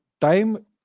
time